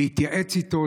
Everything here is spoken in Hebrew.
להתייעץ איתו,